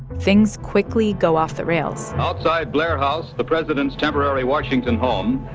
things quickly go off the rails outside blair house, the president's temporary washington home,